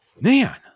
man